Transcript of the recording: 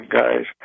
guys